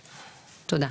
תודה.